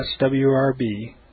swrb